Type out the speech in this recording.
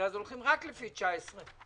החריגים הקבועים בחוק.